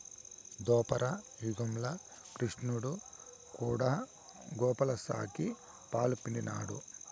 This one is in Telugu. దోపర యుగంల క్రిష్ణుడు కూడా గోవుల సాకి, పాలు పిండినాడు